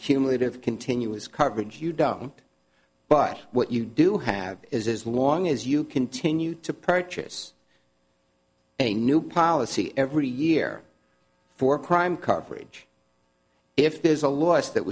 cumulative continuous coverage you don't but what you do have is as long as you continue to purchase a new policy every year for crime coverage if there's a loss that